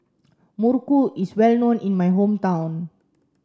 Muruku is well known in my hometown